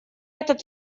этот